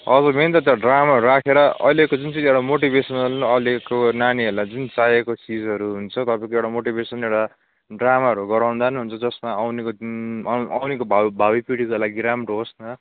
अब मेन त त्यो ड्रामा राखेर अहिलेको जुन चाहिँ एउटा मोटिभेसनल अहिलेको नानीहरूलाई जुन चाहेको चिजहरू हुन्छ तपाईँको एउटा मोटिभेसन एउटा ड्रामाहरू गराउँदा नि हुन्छ जसमा आउनेको दिन आउनेको भा भावी पिँढीको लागि राम्रो होस् न